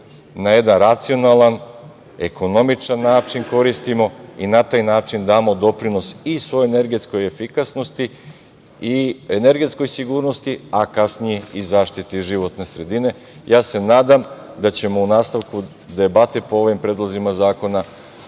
na jedan racionalan, ekonomičan način koristimo i na taj način damo doprinos i svojoj energetskoj efikasnosti, energetskoj sigurnosti, a kasnije i zaštiti životne sredine. Nadam se da ćemo u nastavku debate po ovim predlozima zakona